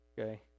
Okay